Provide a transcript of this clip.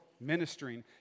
ministering